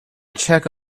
check